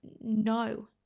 no